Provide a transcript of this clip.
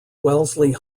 wellesley